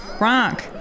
Rock